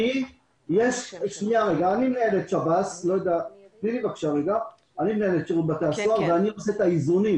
אני מנהל את שירות בתי-הסוהר ואני עושה את האיזונים